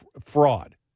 fraud